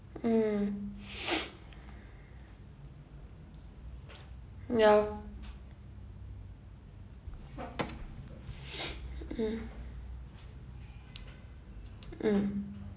mm ya mm mm mm